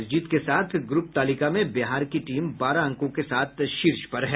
इस जीत के साथ ग्रुप तालिका में बिहार की टीम बारह अंकों के साथ शीर्ष है